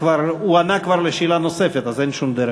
הוא ענה כבר על שאלה נוספת, אז אין שום דרך.